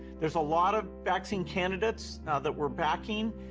there's a lot of vaccine candidates that we're backing,